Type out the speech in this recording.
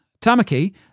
Tamaki